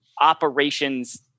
operations